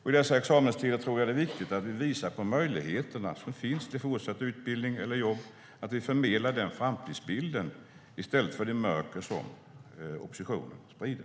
I dessa examenstider tror jag att det är viktigt att vi visar på de möjligheter som finns till fortsatt utbildning eller jobb, att vi förmedlar den framtidsbilden i stället för det mörker som oppositionen sprider.